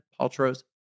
Paltrow's